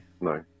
No